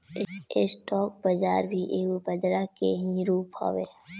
stock बाजार भी एगो बजरा के ही रूप हवे